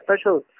special